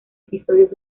episodios